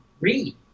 read